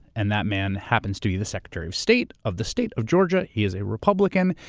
and that man happens to be the secretary of state of the state of georgia. he is a republican,